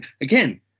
again